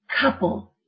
couple